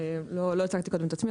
לא הצגתי קודם את עצמי.